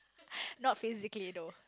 not physically though